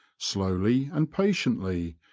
slowly and patiently,